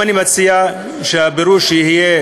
הבירור יהיה